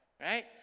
Right